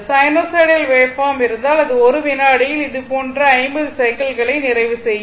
sinusoidal waveform இருந்தால் அது 1 வினாடியில் இதுபோன்ற 50 சைக்கிள்களை நிறைவு செய்யும்